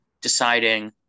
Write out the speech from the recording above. deciding